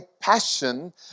passion